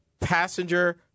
passenger